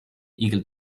igel